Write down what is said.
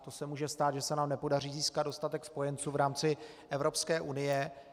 To se může stát, pokud se nám nepodaří získat dostatek spojenců v rámci Evropské unie.